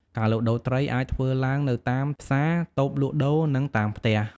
ការលក់ដូរត្រីអាចធ្វើឡើងនៅតាម ផ្សារ តូបលក់ដូរ និង តាមផ្ទះ។